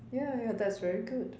ya ya that's very good